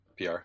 PR